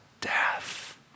death